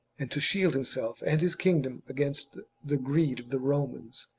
and to shield himself and his kingdom against the greed of the romans.